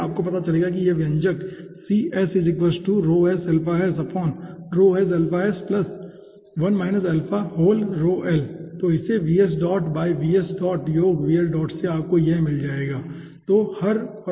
तो आपको पता चल जाएगा कि यह व्यंजक होगा तो इस बाई योग से आपको यह मिल जाएगा